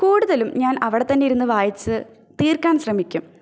കൂടുതലും ഞാൻ അവിടെ തന്നെ ഇരുന്നു വായിച്ചു തീര്ക്കാന് ശ്രമിക്കും